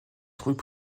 trouvée